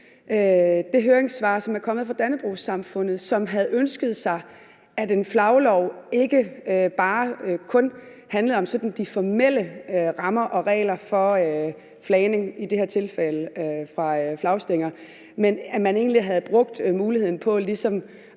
det høringssvar, som er kommet fra Dannebrogs-Samfundet, som havde ønsket sig, at en flaglov ikke kun handlede om de formelle rammer og regler for flagning, som i det her tilfælde er fra flagstænger, men at man egentlig havde brugt muligheden til ligesom